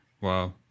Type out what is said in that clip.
Wow